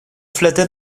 flattais